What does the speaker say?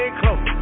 close